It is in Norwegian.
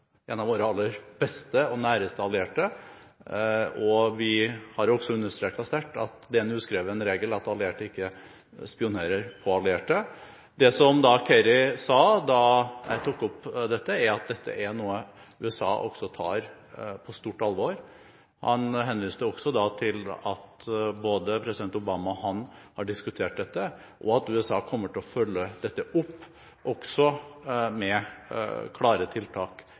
en av våre aller beste og næreste allierte, og vi har også understreket sterkt at det er en uskreven regel at allierte ikke spionerer på allierte. Det som Kerry sa da jeg tok opp dette, var at dette er noe USA tar på stort alvor. Han henviste også til at president Obama og han har diskutert dette, og at USA kommer til å følge dette opp med klare tiltak